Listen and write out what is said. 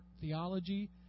theology